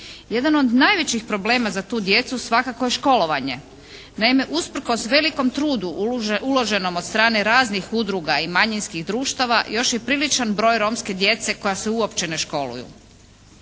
Jedan od najvećih problema za tu djecu svakako je školovanje. Naime, usprkos velikom trudu uloženom od strane raznih udruga i manjinskih društava još je priličan broj romske djece koja se uopće ne školuju.